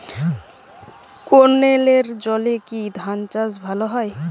ক্যেনেলের জলে কি ধানচাষ ভালো হয়?